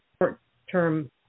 short-term